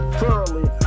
thoroughly